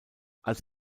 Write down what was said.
als